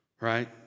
right